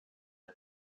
are